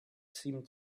seemed